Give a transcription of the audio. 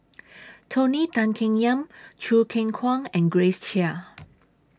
Tony Tan Keng Yam Choo Keng Kwang and Grace Chia